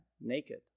naked